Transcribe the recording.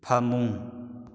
ꯐꯃꯨꯡ